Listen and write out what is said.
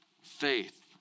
faith